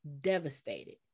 devastated